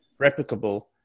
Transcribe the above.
replicable